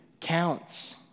counts